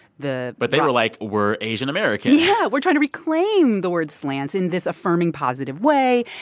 the. but they were like, we're asian-american yeah. we're trying to reclaim the word slants in this affirming, positive way.